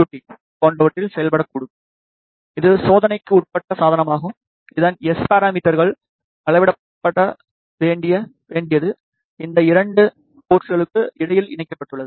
D போன்றவற்றில் செயல்படக்கூடும் இது சோதனைக்கு உட்பட்ட சாதனமாகும் அதன் எஸ் பராமீட்டர்கள் அளவிடப்பட வேண்டியது இந்த 2 போர்ட்ஸ்களுக்கு இடையில் இணைக்கப்பட்டுள்ளது